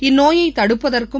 இந்நோயை தடுப்பதற்கும்